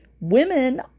women